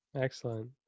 Excellent